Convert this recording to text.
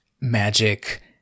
magic